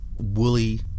woolly